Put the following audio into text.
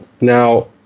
Now